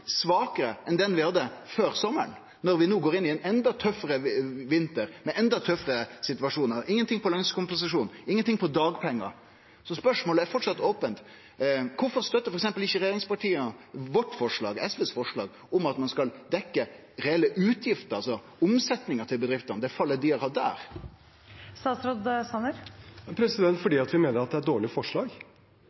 svakare enn den vi hadde før sommaren – når vi no går inn i ein enda tøffare vinter med ein enda tøffare situasjon? Det er ingenting på lønskompensasjon, ingenting på dagpengar. Spørsmålet er framleis ope: Kvifor støtter f.eks. ikkje regjeringspartia forslaget vårt, forslaget frå SV, om at ein skal dekkje reelle utgifter, altså omsetninga til bedriftene, og fallet dei har hatt der? Det er fordi vi mener det er et dårlig forslag.